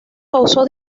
causó